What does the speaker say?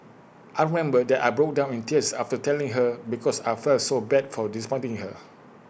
I remember that I broke down in tears after telling her because I felt so bad for disappointing her